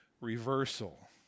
reversal